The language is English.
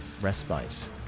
respite